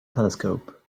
telescope